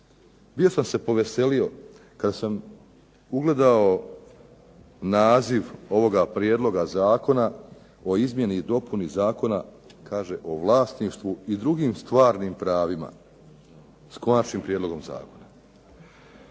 Bio sam se poveselio kada sam ugledao naziv ovoga Prijedloga zakona o izmjeni i dopuni Zakona o vlasništvu i drugim stvarnim pravima s Konačnim prijedlogom zakona.